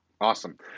Awesome